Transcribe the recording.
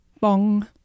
Bong